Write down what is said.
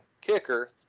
kicker